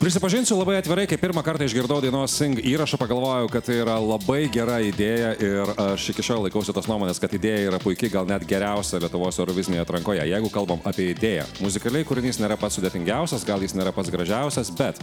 prisipažinsiu labai atvirai kaip pirmą kartą išgirdau dainos įrašą pagalvojau kad tai yra labai gera idėja ir aš iki šiol laikausi tos nuomonės kad idėja yra puiki gal net geriausia lietuvos eurovizinėje atrankoje jeigu kalbam apie idėją muzikaliai kūrinys nėra pats sudėtingiausias gal jis nėra pats gražiausias bet